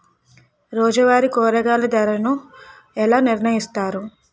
రోజువారి కూరగాయల ధరలను ఎలా నిర్ణయిస్తారు?